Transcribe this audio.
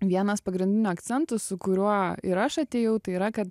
vienas pagrindinių akcentų su kuriuo ir aš atėjau tai yra kad